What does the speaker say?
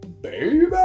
baby